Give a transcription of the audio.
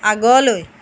আগলৈ